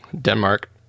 Denmark